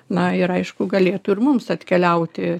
na ir aišku galėtų ir mums atkeliauti